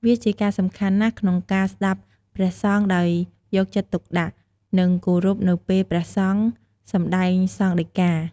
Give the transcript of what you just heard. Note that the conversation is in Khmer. វាជាការសំខាន់ណាស់ក្នុងការស្តាប់ព្រះសង្ឃដោយយកចិត្តទុកដាក់ និងគោរពនៅពេលព្រះសង្ឃសំដែងសង្ឃដីកា។